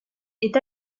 est